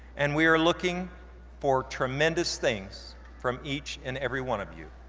and we are looking for tremendous things from each and every one of you.